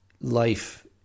life